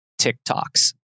TikToks